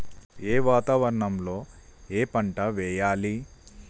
ఏ వాతావరణం లో ఏ పంట వెయ్యాలి?